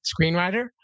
screenwriter